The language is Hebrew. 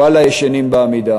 ואללה, ישנים בעמידה.